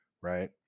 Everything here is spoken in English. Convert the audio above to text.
right